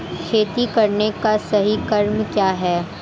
खेती करने का सही क्रम क्या है?